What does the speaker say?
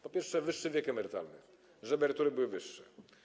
Po pierwsze, wyższy wiek emerytalny, żeby emerytury były wyższe.